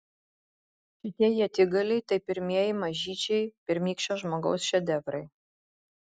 šitie ietigaliai tai pirmieji mažyčiai pirmykščio žmogaus šedevrai